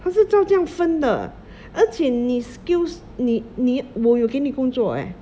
他是照这样分的而且你 skills 你你我有给你工作 leh